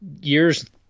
years